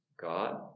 God